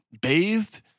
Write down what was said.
bathed